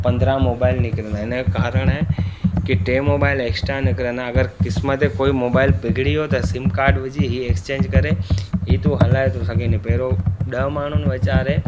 त पंद्रहं मोबाइल निकरंदा हिन जो कारण आहे की टे मोबाइल एक्स्ट्रा निकरंदा अगरि किस्मती कोइ मोबाइल बिगड़ी वियो त सिम कार्ड विझी हे एक्स्चेंज करे हीअ तूं हलाइ थो सघें नि पहिरियों ॾह माण्हूनि वेचारे